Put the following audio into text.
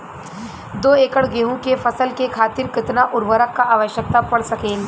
दो एकड़ गेहूँ के फसल के खातीर कितना उर्वरक क आवश्यकता पड़ सकेल?